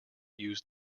use